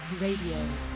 Radio